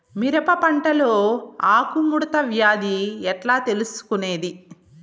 మిరప పంటలో ఆకు ముడత వ్యాధి ఎట్లా తెలుసుకొనేది?